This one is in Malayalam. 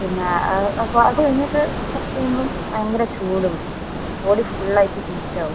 പിന്നെ അത് കഴിഞ്ഞിട്ട് കുറച്ച് കഴിയുമ്പം ഭയങ്കര ചൂടും ബോഡി ഫുൾ ആയിട്ട് ഹീറ്റ് ആവും